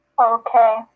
Okay